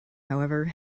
however